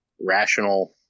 rational